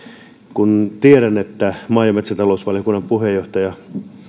kun tiedän että maa ja metsätalousvaliokunnan puheenjohtaja